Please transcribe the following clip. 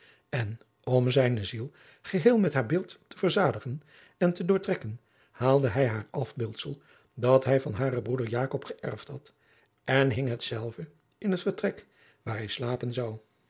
en om zijne ziel geheel met haar beeld te verzadigen en te doortrekken haalde hij haar afbeeldsel dat hij adriaan loosjes pzn het leven van maurits lijnslager van haren broeder jakob geërfd had en hing hetzelve in het vertrek waar hij slapen zou